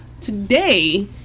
today